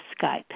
Skype